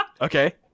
Okay